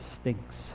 stinks